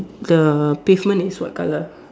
the pavement is what colour